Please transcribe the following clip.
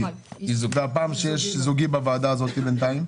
--- והפעם שיש זוגי בוועדה הזאת בינתיים?